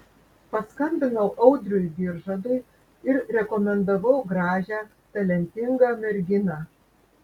paskambinau audriui giržadui ir rekomendavau gražią talentingą merginą